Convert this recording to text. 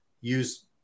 use